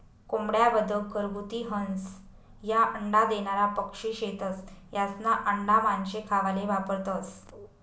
कोंबड्या, बदक, घरगुती हंस, ह्या अंडा देनारा पक्शी शेतस, यास्ना आंडा मानशे खावाले वापरतंस